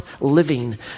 living